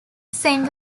saint